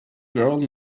girl